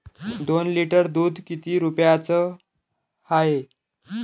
दोन लिटर दुध किती रुप्याचं हाये?